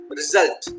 result